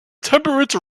temperate